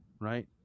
right